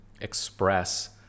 express